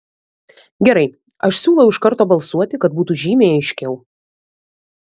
gerai aš siūlau iš karto balsuoti kad būtų žymiai aiškiau